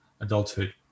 adulthood